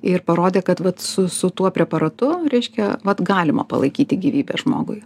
ir parodė kad vat su su tuo preparatu reiškia vat galima palaikyti gyvybę žmogui